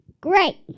Great